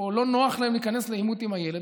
או לא נוח להם להיכנס לעימות עם הילד,